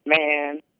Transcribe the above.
man